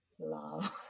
love